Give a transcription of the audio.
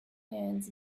hands